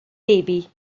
baby